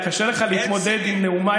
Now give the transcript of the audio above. כשאני באתי לכאן, חבר הכנסת שוסטר,